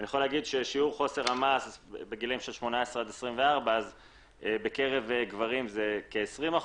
אני יכול להגיד ששיעור חוסר המעש בגילאים של 18-24 בקרב גברים זה כ-20%,